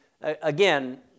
again